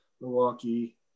Milwaukee